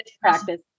practice